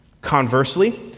Conversely